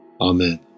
Amen